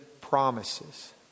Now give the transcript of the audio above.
promises